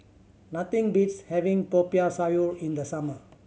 nothing beats having Popiah Sayur in the summer